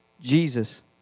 Jesus